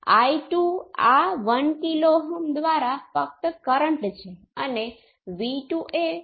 હવે અહીં મેં વિવિધ પેરામિટર સમૂહો વચ્ચેના સંબંધને ટેબ્યુલેટ કર્યો છે